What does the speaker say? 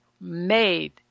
made